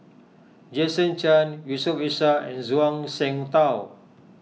Jason Chan Yusof Ishak and Zhuang Shengtao